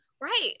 Right